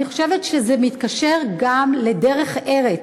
אני חושבת שזה מתקשר גם לדרך-ארץ,